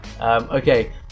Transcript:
Okay